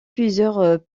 plusieurs